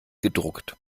gedruckt